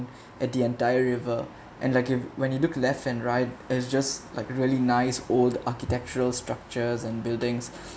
at the entire river and like you when you look left and right it's just like really nice old architectural structures and buildings